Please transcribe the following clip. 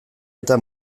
eta